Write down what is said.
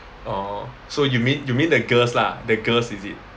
orh so you mean you mean the girls lah the girls is it